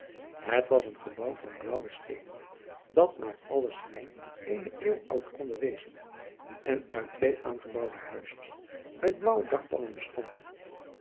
het was een gebouw van blaauwe steenen dat naar allen schijn eene eeuw oud konde wezen en uit twee aaneengebouwde huisjens met blaauwe dakpannen bestond